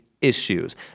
issues